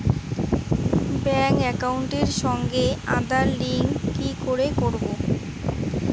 Bank একাউন্টের সঙ্গে Aadhaar link কি করে করবো?